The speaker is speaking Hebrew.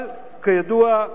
אבל כידוע,